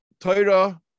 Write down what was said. Torah